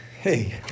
Hey